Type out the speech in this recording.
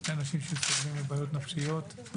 שני אנשים שסובלים מבעיות נפשיות,